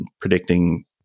predicting